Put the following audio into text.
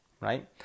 right